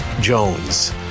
Jones